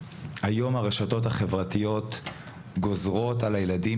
היום הרשתות החברתיות גוזרות על הילדים